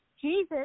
Jesus